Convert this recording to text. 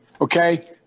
Okay